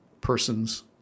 persons